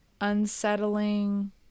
unsettling